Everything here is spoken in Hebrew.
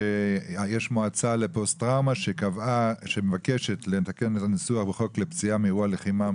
שיש מועצה לפוסט טראומה שמבקשת לתקן ניסוח בחוק לפציעה מאירוע לחימה,